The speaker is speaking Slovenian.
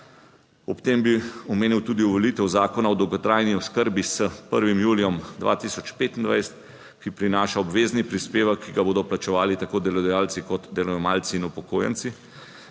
Ob tem bi omenil tudi uveljavitev Zakona o dolgotrajni oskrbi s 1. julijem 2025, ki prinaša obvezni prispevek, ki ga bodo plačevali tako delodajalci kot delojemalci in upokojenci